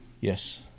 Yes